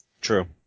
True